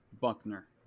Buckner